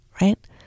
right